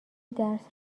درس